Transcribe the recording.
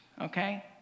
okay